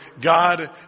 God